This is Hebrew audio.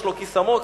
יש לו כיס עמוק,